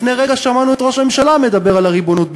לפני רגע שמענו את ראש הממשלה מדבר על הריבונות בירושלים.